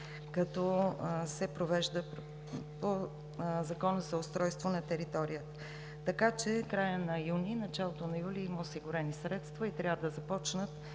като се провежда по Закона за устройството на територията. Така че в края на юни – началото на юли има осигурени средства и трябва да започнат